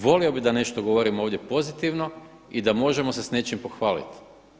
Volio bih da nešto govorim ovdje pozitivno i da možemo se s nečim pohvaliti.